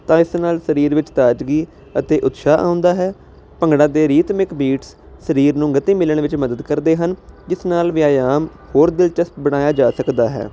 ਤਾਂ ਇਸ ਨਾਲ ਸਰੀਰ ਵਿੱਚ ਤਾਜ਼ਗੀ ਅਤੇ ਉਤਸ਼ਾਹ ਆਉਂਦਾ ਹੈ ਭੰਗੜਾ ਦੇ ਰੀਤਮਿਕ ਬੀਟਸ ਸਰੀਰ ਨੂੰ ਗਤੀ ਮਿਲਣ ਵਿੱਚ ਮਦਦ ਕਰਦੇ ਹਨ ਜਿਸ ਨਾਲ ਵਿਯਆਮ ਹੋਰ ਦਿਲਚਸਪ ਬਣਾਇਆ ਜਾ ਸਕਦਾ ਹੈ